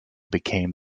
became